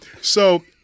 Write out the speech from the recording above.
So-